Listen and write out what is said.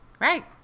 Right